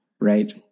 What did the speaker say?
right